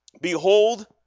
Behold